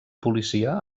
policia